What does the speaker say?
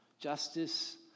justice